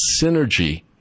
synergy